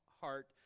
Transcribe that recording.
heart